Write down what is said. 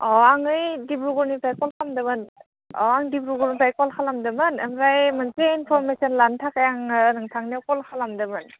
अह आं नै डिब्रुगड़निफ्राय कल खालामदोंमोन अह आं डिब्रुगड़निफ्राय कल खालामदोंमोन ओमफ्राय मोनसे इनफरमेसन लानो थाखाय आङो नोंथांनायाव कल खालामदोंमोन